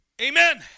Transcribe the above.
Amen